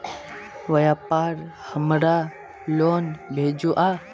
व्यापार हमार लोन भेजुआ?